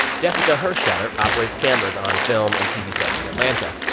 jessica hershatter operates cameras on film and tv sets in atlanta.